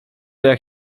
jak